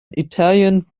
italian